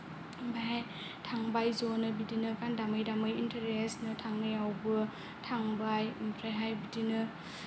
ओमफ्रायहाय थांबाय ज'नो बिदिनो गान दामै दामै इन्टारेस्ट नो थांनायावबो थांबाय ओमफ्रायहाय बिदिनो